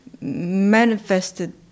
manifested